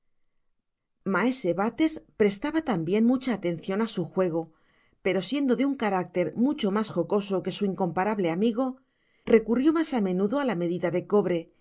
maese bates prestaba tambien mucha atencion á su juego pero siendo de un carácter mucho mas jocoso que su incomparable amigo recurrió mas á menudo á la medida de cobre